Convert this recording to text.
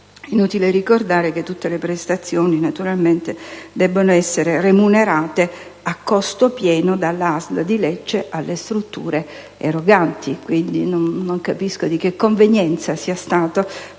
Inutile ricordare che tutte le prestazioni debbono essere remunerate a costo pieno dalla ASL di Lecce alle strutture eroganti. Quindi, non capisco quale convenienza vi sia stata per